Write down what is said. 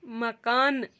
مکانہٕ